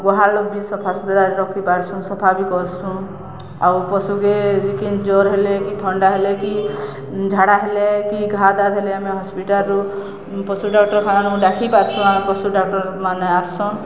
ଗୁହାଲ୍ ବି ସଫା ସୁତୁରାରେ ରଖିପାର୍ସୁଁ ସଫା ବି କର୍ସୁଁ ଆଉ ପଶୁକେ ଯେକ ଜର୍ ହେଲେ କି ଥଣ୍ଡା ହେଲେ କି ଝାଡ଼ା ହେଲେ କି ଘା ଦାଦ ହେଲେ ଆମେ ହସ୍ପିଟାଲ୍ରୁ ପଶୁ ଡାକ୍ଟରଖାନାଙ୍କୁ ଡ଼ାକି ପାର୍ସୁ ଆମ ପଶୁ ଡ଼ାକ୍ଟର୍ମାନେ ଆସନ୍